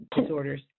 disorders